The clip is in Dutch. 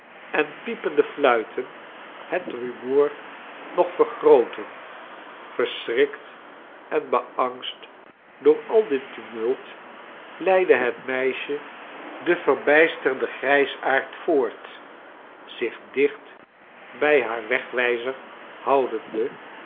en piepende fluiten het rumoer nog vergrootten verschrikt en beangst door al dit tumult leidde het meisje den verbijsterden grijsaard voort zich dicht bij haar wegwijzer houdende